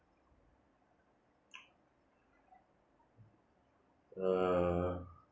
uh